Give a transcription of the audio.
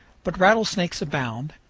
but rattlesnakes abound,